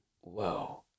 Whoa